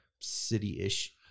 city-ish